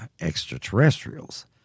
extraterrestrials